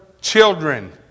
children